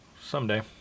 Someday